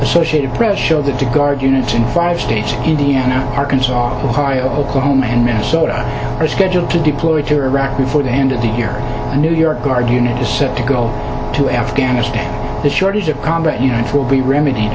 associated press show that to guard units in five states indiana arkansas high oklahoma and minnesota are scheduled to deploy to iraq before the end of the year in new york guard unit is set to go to afghanistan the shortage of combat units will be remedied